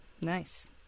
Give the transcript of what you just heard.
nice